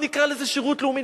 לא נקרא לזה שירות לאומי,